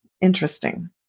interesting